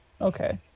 Okay